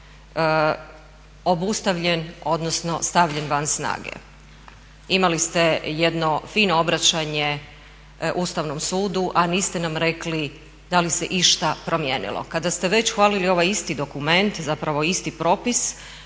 obustavljen odnosno stavljen van snage. Imali ste jedno fino obraćanje Ustavnom sudu, a niste nam rekli da li se išta promijenilo. Kada ste već hvalili ovaj isti dokument, zapravo isti propis